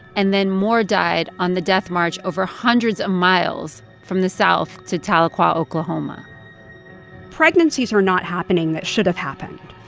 and then more died on the death march over hundreds of miles from the south to tahlequah, okla ah pregnancies are not happening that should have happened.